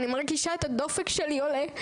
אני מרגישה את הדופק שלי עולה.